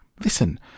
Listen